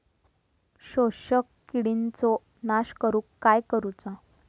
शोषक किडींचो नाश करूक काय करुचा?